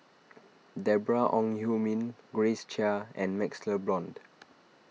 Deborah Ong Hui Min Grace Chia and MaxLe Blond